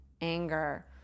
anger